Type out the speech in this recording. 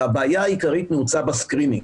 הבעיה העיקרית נעוצה בסקרינינג.